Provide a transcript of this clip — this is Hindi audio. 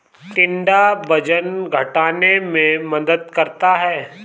टिंडा वजन घटाने में मदद करता है